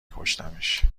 کشتمش